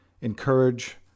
encourage